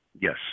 Yes